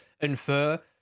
infer